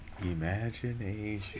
Imagination